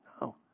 No